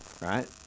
right